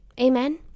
Amen